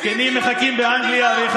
זקנים מחכים באנגליה, ביבי מציל את המדינה.